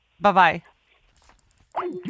Bye-bye